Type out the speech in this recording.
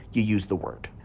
you use the word.